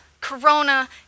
corona